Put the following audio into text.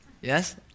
Yes